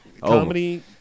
Comedy